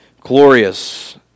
glorious